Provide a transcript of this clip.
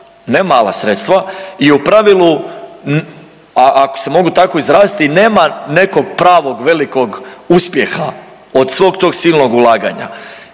ne mala sredstva i u pravilu ako se mogu tako izraziti nema nekog pravog velikog uspjeha od svog tog silnog ulaganja.